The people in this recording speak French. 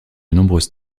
nombreuses